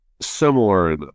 similar